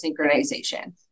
synchronization